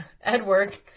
Edward